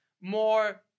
more